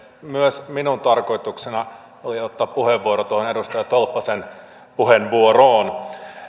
myös minun tarkoituksenani oli ottaa puheenvuoro tuohon edustaja tolppasen puheenvuoroon